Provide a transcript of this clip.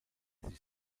sich